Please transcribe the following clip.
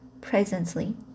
presently